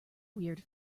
weird